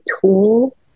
tool